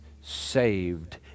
saved